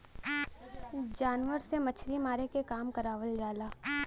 जानवर से मछरी मारे के काम करावल जाला